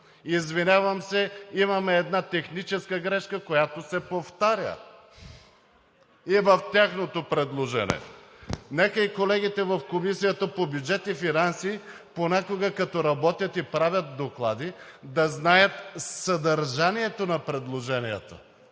Извинявам се, имаме една техническа грешка, която се повтаря и в тяхното предложение. Нека и колегите в Комисията по бюджет и финанси понякога, като работят и правят доклади, да знаят съдържанието на предложенията,